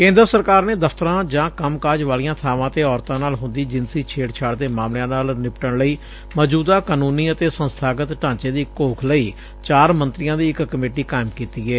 ਕੇਂਦਰ ਸਰਕਾਰ ਨੇ ਦਫਤਰਾਂ ਜਾਂ ਕੰਮਕਾਜ ਵਾਲੀਆਂ ਬਾਵਾਂ ਤੇ ਔਰਤਾਂ ਨਾਲ ਹੁੰਦੀ ਜਿਨਸੀ ਛੇੜਛਾੜ ਦੇ ਮਾਮਲਿਆਂ ਨਾਲ ਨਿਪਟਣ ਲਈ ਮੌਜੁਦਾ ਕਾਨੂੰਨੀ ਅਤੇ ਸੰਸਥਾਗਤ ਢਾਂਚੇ ਦੀ ਘੋਖ ਲਈ ਚਾਰ ਮੰਤਰੀਆਂ ਦੀ ਇਕ ਕਮੇਟੀ ਕਾਇਮ ਕੀਤੀ ਏ